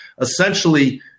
Essentially